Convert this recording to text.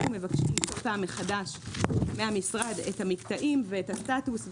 אנחנו מבקשים בכל פעם מחדש מהמשרד את המקטעים ואת הסטטוס,